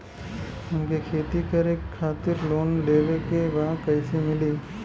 हमके खेती करे खातिर लोन लेवे के बा कइसे मिली?